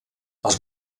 els